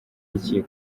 iki